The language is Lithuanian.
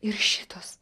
ir šitos